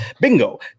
Bingo